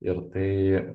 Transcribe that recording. ir tai